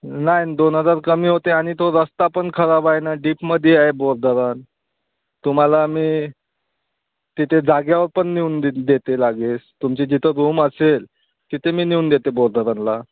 नाही दोन हजार कमी होते आणि तो रस्ता पण खराब आहे ना डीपमध्ये आहे बोर धरण तुम्हाला मी तिथे जागेवर पण नेऊन द देते लागेस तुमची जिथं रूम असेल तिथे मी नेऊन देते बोर धरणला